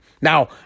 Now